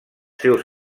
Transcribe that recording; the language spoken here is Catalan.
seus